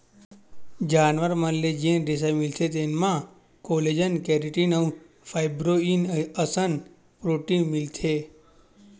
जानवर मन ले जेन रेसा मिलथे तेमा कोलेजन, केराटिन अउ फाइब्रोइन असन प्रोटीन मिलथे